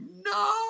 no